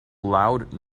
loud